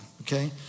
Okay